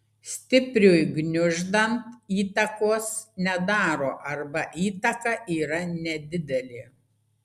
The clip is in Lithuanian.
stipriui gniuždant įtakos nedaro arba įtaka yra nedidelė